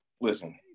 Listen